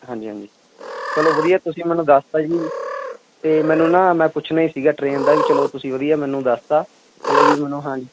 ਹਾਂਜੀ ਹਾਂਜੀ ਚਲੋ ਵਧੀਆ ਤੁਸੀਂ ਮੈਨੂੰ ਦੱਸਤਾ ਜੀ ਤੇ ਮੈਨੂੰ ਨਾ ਮੈਂ ਪੁੱਛਣਾ ਹੀ ਸੀਗਾ ਟ੍ਰੇਨ ਦਾ ਵੀ ਚਲੋ ਤੁਸੀਂ ਵਧੀਆ ਮੈਨੂੰ ਦੱਸਤਾ ਚਲੋ ਵੀ ਮੈਨੂੰ ਹਾਂਜੀ